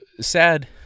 sad